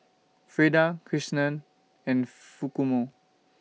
Freida Kirsten and